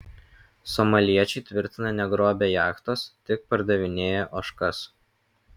somaliečiai tvirtina negrobę jachtos tik pardavinėję ožkas